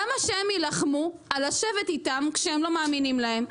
למה שהם יילחמו על לשבת איתם כשהם לא מאמינים להם?